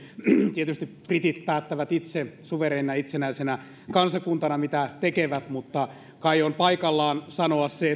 tietysti britit päättävät itse suvereenina itsenäisenä kansakuntana mitä tekevät mutta kai on paikallaan sanoa se